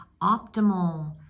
optimal